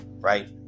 right